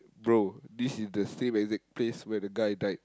bro this is the same exact place where the guy died